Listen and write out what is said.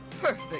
Perfect